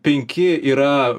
penki yra